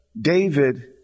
David